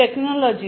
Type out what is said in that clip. technology